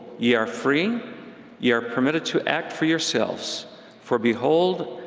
ye are free ye are permitted to act for yourselves for behold,